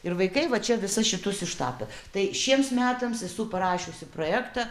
ir vaikai va čia visus šitus ištapė tai šiems metams esu parašiusi projektą